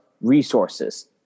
resources